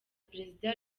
perezida